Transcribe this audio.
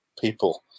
people